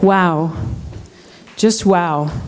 wow just wow